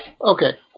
Okay